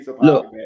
look